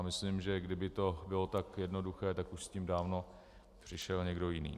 Myslím, že kdyby to bylo tak jednoduché, tak už s tím dávno přišel někdo jiný.